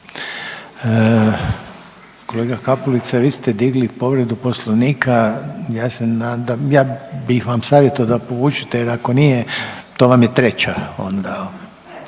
Kolega Kapulica, vi ste digli povredu Poslovnika, ja se nadam, ja bih vam savjetovao da povučete jer ako nije, to vam je treća onda.